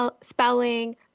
spelling